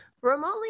remotely